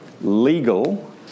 legal